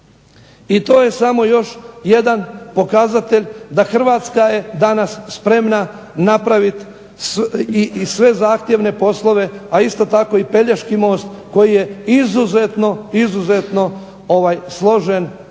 I to je samo još jedan pokazatelj da je Hrvatska danas spremna napraviti i sve zahtjevne poslove, a isto tako i Pelješki most koji je izuzetno složen